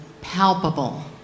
palpable